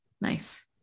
nice